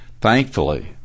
thankfully